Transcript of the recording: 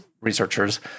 researchers